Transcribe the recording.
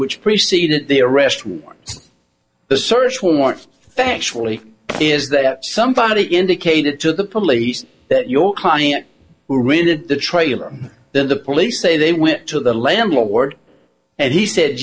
which preceded the arrest warrants the search warrant factually is that somebody indicated to the police that your client who really had the trailer then the police say they went to the landlord and he said